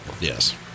Yes